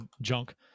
junk